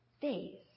days